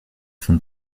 von